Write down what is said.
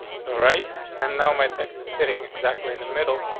so right. and now my texas sitting exactly in the middle.